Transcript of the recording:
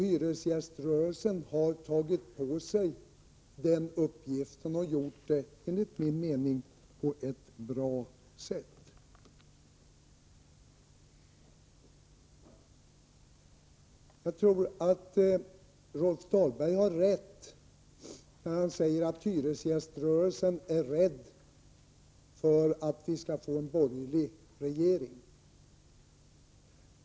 Hyresgäströrelsen har tagit på sig denna uppgift och har enligt min mening skött det på ett bra sätt. Jag tror att Rolf Dahlberg har rätt när han säger att man inom hyresgäströrelsen är rädd för att vi skall få en borgerlig regering.